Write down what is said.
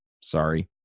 sorry